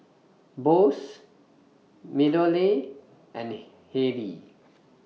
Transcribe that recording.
Bose Meadowlea and Haylee